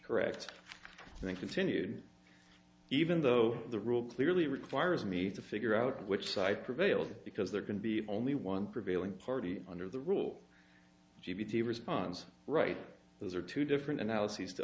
correct and continued even though the rule clearly requires me to figure out which side prevailed because there can be only one prevailing party under the rule g b t response right those are two different analyses to